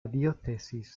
diócesis